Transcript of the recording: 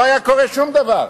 לא היה קורה שום דבר,